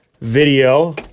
video